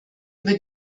über